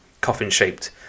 coffin-shaped